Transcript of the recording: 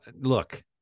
Look